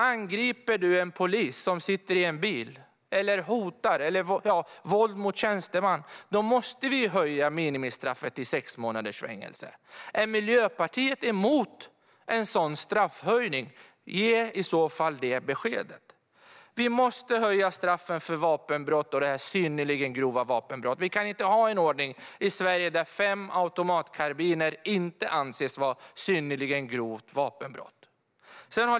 Angriper man en polis i en bil och gör sig skyldig till våld mot tjänsteman måste vi höja minimistraffet till sex månaders fängelse. Är Miljöpartiet emot en sådan straffhöjning? Ge i så fall det beskedet! Vi måste höja straffen för vapenbrott då det är synnerligen grova vapenbrott. Vi kan inte ha en ordning där fem automatkarbiner inte anses vara synnerligen grovt vapenbrott.